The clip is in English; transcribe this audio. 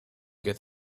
get